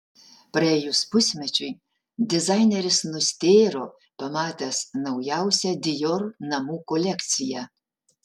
praėjus pusmečiui dizaineris nustėro pamatęs naujausią dior namų kolekciją